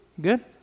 Good